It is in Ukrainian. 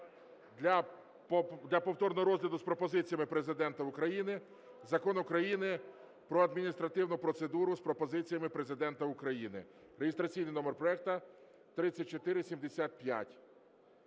для повторного розгляду з пропозиціями Президента України: Закон України "Про адміністративну процедуру" з пропозиціями Президента України (реєстраційний номер проекту 3475).